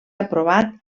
aprovat